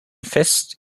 fest